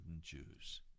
Jews